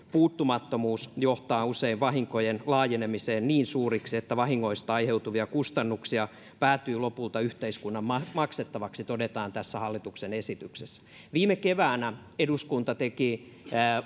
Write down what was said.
puuttumattomuus johtaa usein vahinkojen laajenemiseen niin suuriksi että vahingoista aiheutuvia kustannuksia päätyy lopulta yhteiskunnan maksettaviksi todetaan tässä hallituksen esityksessä viime keväänä eduskunta teki